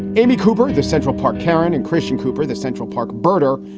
amy cooper, the central park. karen and kristen cooper, the central park birder,